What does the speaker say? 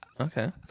Okay